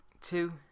two